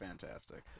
fantastic